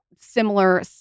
similar